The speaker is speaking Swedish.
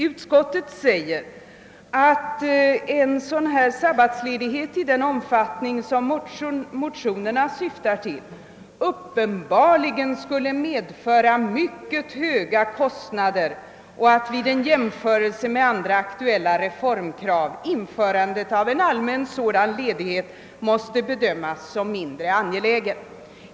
Utskottet säger att en sabbatsledighet »i den omfattning som motionerna syftar till uppenbarligen skulle medföra mycket höga kostnader och att vid en jämförelse med andra aktuella reformkrav införandet av en allmän sådan ledighet måste bedömas som mindre angelägen».